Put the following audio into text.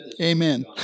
Amen